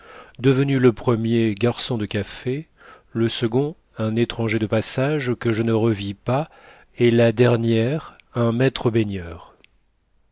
devenus le premier garçon de café le second un étranger de passage que je ne revis pas et la dernière un maître baigneur